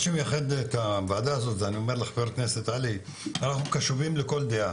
מה שמייחד את הוועדה הזאת זה שאנחנו קשובים לכל דעה.